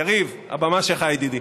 יריב, הבמה שלך, ידידי.